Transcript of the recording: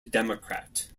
democrat